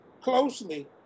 closely